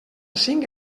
cinc